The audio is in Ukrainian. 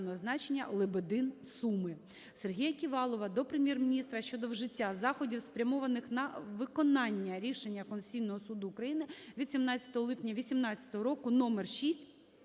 Сергія Ківалова до Прем'єр-міністра щодо вжиття заходів спрямованих на виконання рішення Конституційного Суду України від 17 липня 18-го року